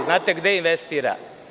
Znate gde investira?